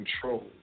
control